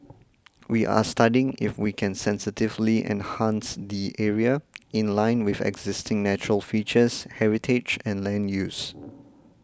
we are studying if we can sensitively enhance the area in line with existing natural features heritage and land use